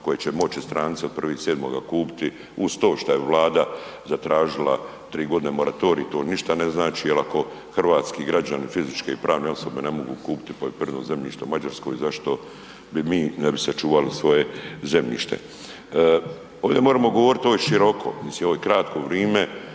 koji će moći stranci od 1.7. kupiti uz to šta je Vlada zatražila 3.g. moratorij to ništa ne znači jel ako hrvatski građani, fizičke i pravne osobe ne mogu kupiti poljoprivredno zemljište u Mađarskoj, zašto bi mi, ne bi sačuvali svoje zemljište. Ovdje moremo govorit, ovo je široko, mislim ovo je kratko vrime,